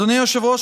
אדוני היושב-ראש,